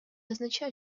означает